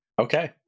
Okay